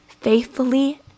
Faithfully